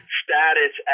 status